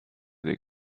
dai